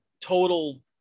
total